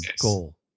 goal